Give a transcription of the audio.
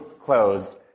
closed